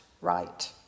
right